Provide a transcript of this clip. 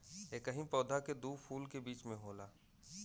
एकही पौधा के दू फूल के बीच में होला